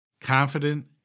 confident